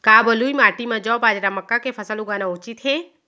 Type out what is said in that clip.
का बलुई माटी म जौ, बाजरा, मक्का के फसल लगाना उचित हे?